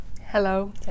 Hello